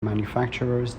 manufacturers